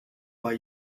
why